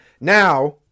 Now